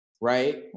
Right